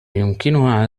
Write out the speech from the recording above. يمكنها